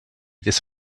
this